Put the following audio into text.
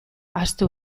ahaztu